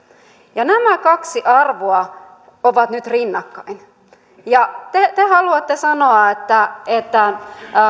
ja nämä kaksi arvoa ovat nyt rinnakkain ja te te haluatte sanoa että että